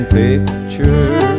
picture